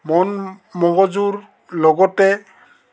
মন মগজুৰ লগতে